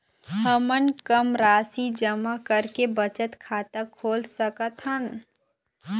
हमन कम राशि जमा करके बचत खाता खोल सकथन?